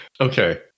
Okay